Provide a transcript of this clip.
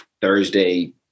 Thursday